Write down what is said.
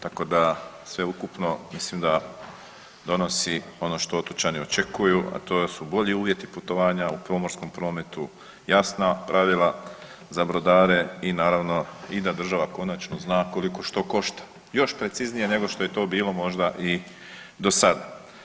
Tako da sveukupno mislim da donosi ono što otočani očekuju, a to su bolji uvjeti putovanja u pomorskom prometu, jasna pravila za brodare i naravno i da država konačno zna koliko što košta, još preciznije nego što je to bilo možda i dosad.